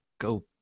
go